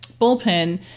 bullpen